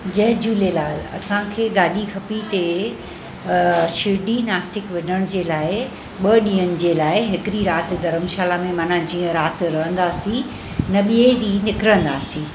जय झूलेलाल असांखे गाॾी खपीते शिरडी नासिक वञण जे लाइ ॿ ॾींहंनि जे लाइ हिकड़ी राति धर्मशाला में माना जीअं राति रहंदासीं न ॿिए ॾींहुं निकरंदासीं